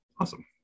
awesome